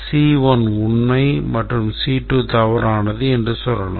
C1 உண்மை மற்றும் C2 தவறானது என்று சொல்லலாம்